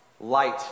light